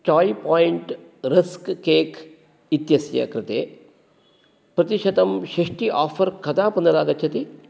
चाय् point rusk cake इत्यस्य कृते प्रतिशतं षष्टि आफ़र् कदा पुनरागच्छति